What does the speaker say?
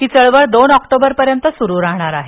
ही चळवळ दोन ऑक्टोबर पर्यंत स्रू राहणार आहे